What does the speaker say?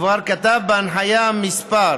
וכבר כתב בהנחיה מס'